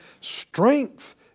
Strength